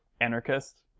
anarchist